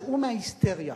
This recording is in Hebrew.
צאו מההיסטריה.